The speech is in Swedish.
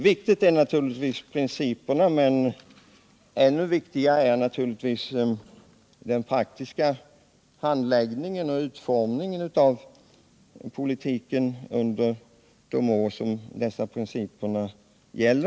Principerna är naturligtvis viktiga, men ännu viktigare är den praktiska handläggningen och utformningen av politiken under de år som dessa principer skall gälla.